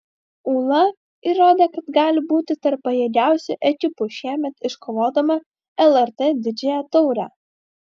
ūla įrodė kad gali būti tarp pajėgiausių ekipų šiemet iškovodama lrt didžiąją taurę